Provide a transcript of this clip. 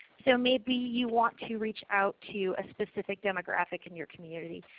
so maybe you want to reach out to a specific demographic in your community.